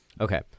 Okay